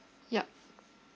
yup